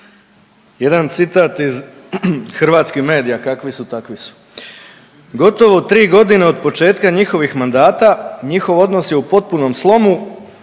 Jedan citat iz hrvatskih medija „Kakvi su takvi su“, „Gotovo tri godine od početka njihovih mandata njihov odnos je u potpunom slomu